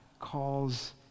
calls